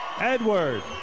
Edward